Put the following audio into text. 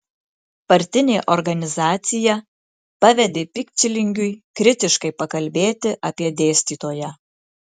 partinė organizacija pavedė pikčilingiui kritiškai pakalbėti apie dėstytoją